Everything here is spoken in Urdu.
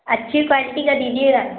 اچھی کوالٹی کا دیجیے گا